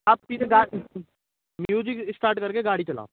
आप music start करके गाड़ी चलाओ